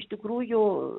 iš tikrųjų